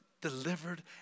delivered